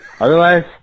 Otherwise